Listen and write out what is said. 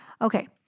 Okay